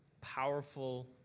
powerful